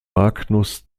magnus